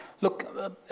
Look